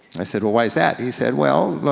i said, well why is that? he said, well,